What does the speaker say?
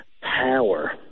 power